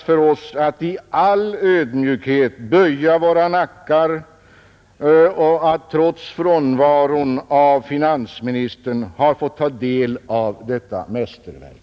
Vi har då bara att i all ödmjukhet böja våra nackar för att vi trots finansministerns frånvaro har fått ta del av detta mästerverk.